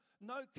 no